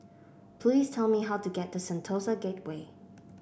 please tell me how to get to Sentosa Gateway